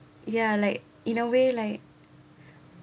ya like in a way like